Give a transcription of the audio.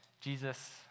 Jesus